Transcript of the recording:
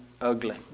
ugly